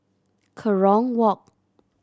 Kerong Walk